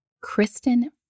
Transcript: Kristen